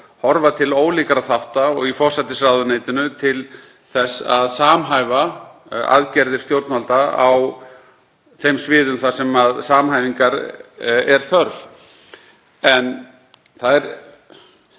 horfa til ólíkra þátta. Í forsætisráðuneytinu er horft til þess að samhæfa aðgerðir stjórnvalda á þeim sviðum þar sem samhæfingar er þörf. En það er